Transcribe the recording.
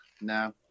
No